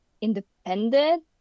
independent